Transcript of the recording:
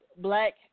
Black